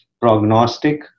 prognostic